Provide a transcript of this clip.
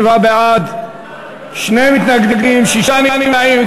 77 בעד, שני מתנגדים, שישה נמנעים.